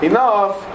Enough